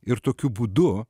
ir tokiu būdu